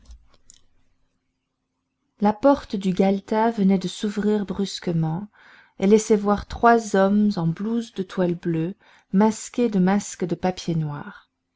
la porte du galetas venait de s'ouvrir brusquement et laissait voir trois hommes en blouse de toile bleue masqués de masques de papier noir